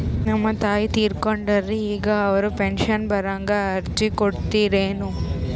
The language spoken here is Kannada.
ನಮ್ ತಾಯಿ ತೀರಕೊಂಡಾರ್ರಿ ಈಗ ಅವ್ರ ಪೆಂಶನ್ ಬರಹಂಗ ಅರ್ಜಿ ಕೊಡತೀರೆನು?